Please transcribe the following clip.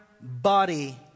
body